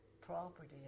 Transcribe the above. property